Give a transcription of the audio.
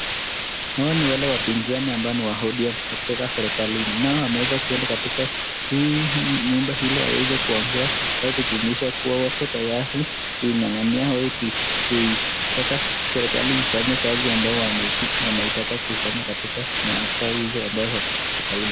Hawa ni wale wapinzani ambao ni wa ODM wa kutoka serikali wameeza kuena katika nyumba hilo waweze kuongea au lujumuisha kuwa wako tayari kuing'ang'ania au kuitaka serikali ifanya kazi ambayo wameitaka kuifanya katika miaka hizo ambayo wako serikalini.